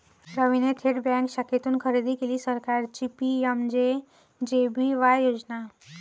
रवीने थेट बँक शाखेतून खरेदी केली सरकारची पी.एम.जे.जे.बी.वाय योजना